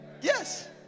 Yes